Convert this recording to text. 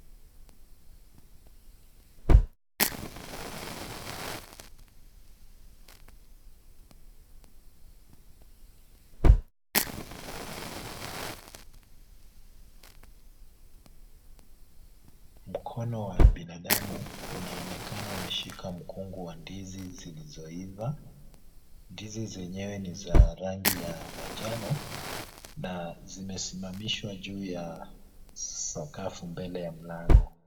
Mkono wa binadamu, inaonekana umeshika mkungu wa ndizi zilizo iva. Ndizi zenyewe ni za rangi ya manjano, na zimesitishwa juu ya sakafu mbele ya mlango.